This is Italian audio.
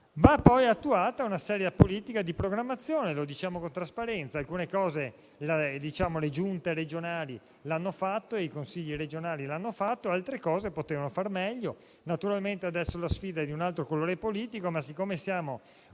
Va poi attuata una seria politica di programmazione, e lo diciamo con trasparenza. Le Giunte regionali e i Consigli regionali hanno fatto alcune cose, ma potevano fare meglio altre. Naturalmente adesso la sfida è di un altro colore politico ma, siccome siamo